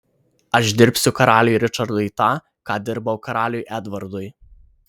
aš dirbsiu karaliui ričardui tą ką dirbau karaliui edvardui